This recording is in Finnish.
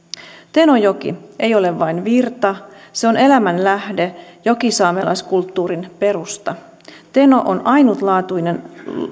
tenojoki ei ole vain virta se on elämän lähde jokisaamelaiskulttuurin perusta teno on